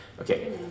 Okay